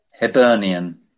Hibernian